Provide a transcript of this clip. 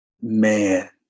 man